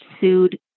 sued